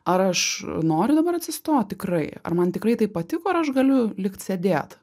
ar aš noriu dabar atsistot tikrai ar man tikrai taip patiko aš galiu likt sėdėt